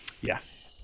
Yes